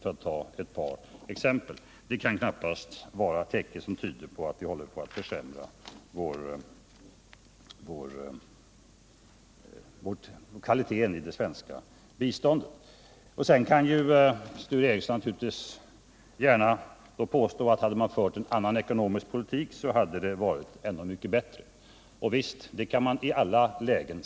Sture Ericson får naturligtvis gärna påstå att det hade varit bättre om man hade fört en annan ekonomisk politik. Så kan man säga i alla lägen.